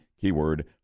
keyword